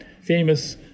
famous